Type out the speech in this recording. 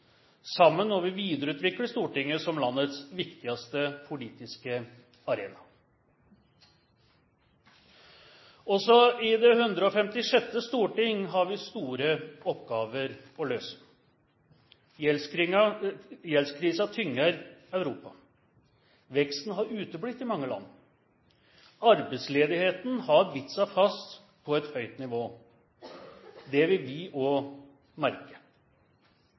Sammen må vi videreutvikle Stortinget som landets viktigste politiske arena. Også i det 156. storting har vi store oppgaver å løse. Gjeldskrisen tynger Europa. Veksten har uteblitt i mange land. Arbeidsledigheten har bitt seg fast på et høyt nivå. Dette vil vi også merke.